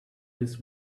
this